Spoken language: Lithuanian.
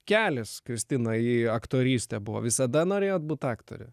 kelias kristina į aktorystę buvo visada norėjot būt aktore